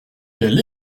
quel